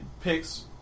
Picks